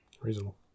reasonable